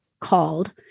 called